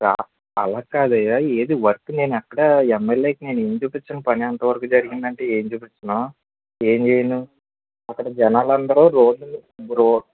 అలా కదయ్య ఏది వర్క్ నేను ఎక్కడ ఎంఎల్ఏకి నేను ఏమి చూపించను పని ఎంతవరకు జరిగింది అంటే ఏమి చూపించను ఏమి చేయను అక్కడ జనాలు అందరు రోడ్డు మీద రోడ్డు